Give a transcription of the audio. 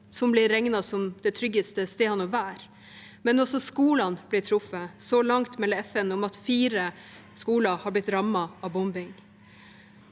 som blir regnet som de tryggeste stedene å være, men også skolene blir truffet. Så langt melder FN om at fire skoler har blitt rammet av bombing.